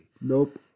Nope